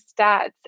stats